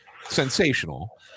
sensational